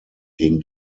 gegen